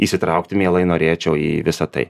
įsitraukti mielai norėčiau į visa tai